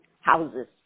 houses